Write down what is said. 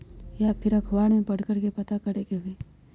या फिर अखबार में पढ़कर के पता करे के होई?